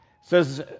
says